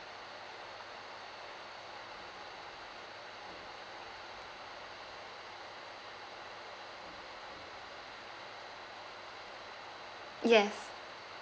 yes